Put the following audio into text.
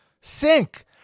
sink